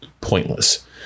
pointless